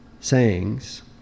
sayings